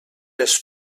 les